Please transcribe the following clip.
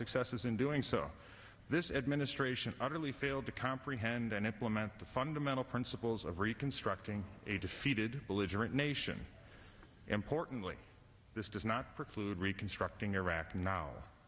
successes in doing so this administration utterly failed to comprehend and implement the fundamental principles of reconstructing a defeated belligerent nation importantly this does not preclude reconstructing iraq now